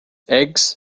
eggs